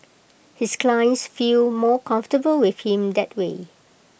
his clients feel more comfortable with him that way